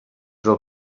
del